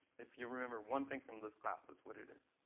if you remember one thing from this class, that's what it is.